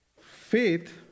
faith